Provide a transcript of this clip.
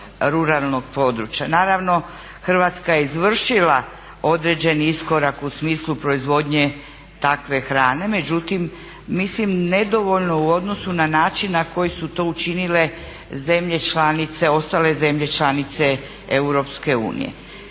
ruralnog područja. Naravno Hrvatska je izvršila određeni iskorak u smislu proizvodnje takve hrane. Međutim, mislim nedovoljno u odnosu na način na koji su to učinile zemlje članice, ostale zemlje članice Europske unije.